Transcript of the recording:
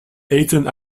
eten